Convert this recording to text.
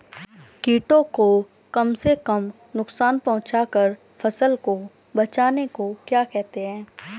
कीटों को कम से कम नुकसान पहुंचा कर फसल को बचाने को क्या कहते हैं?